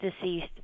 deceased